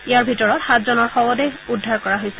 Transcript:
ইয়াৰ ভিতৰত সাতজনৰ শৱদেহ উদ্ধাৰ কৰা হৈছে